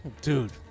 dude